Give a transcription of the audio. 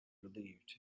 relieved